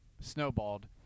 snowballed